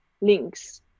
links